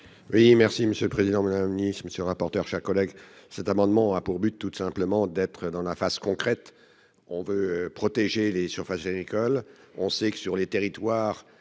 Oui merci monsieur le président, Mesdames, Nice, monsieur le rapporteur, chers collègues, cet amendement a pour but de toute simplement d'être dans la phase concrète on veut protéger les surfaces agricoles, on sait que sur les territoires,